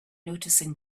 noticing